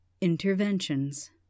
Interventions